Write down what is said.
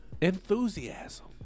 enthusiasm